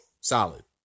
Solid